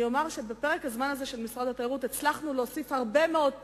אני אומר שבפרק הזמן הזה במשרד התיירות הצלחנו להוסיף הרבה מאוד טיסות,